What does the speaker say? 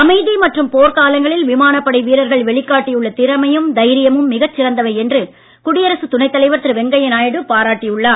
அமைதி மற்றும் போர்க்காலங்களில் விமானப்படை வீரர்கள் வெளிக்காட்டி உள்ள திறமையம் தைரியமும் மிகச் சிறந்தவை என்று துணை குடியரசு தலைவர் திரு வெங்கைய நாயுடு பாராட்டி உள்ளார்